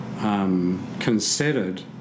considered